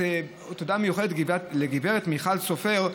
תודה מיוחדת לגב' מיכל סופר,